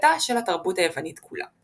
ונסיגתה של התרבות היוונית כולה.